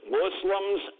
muslims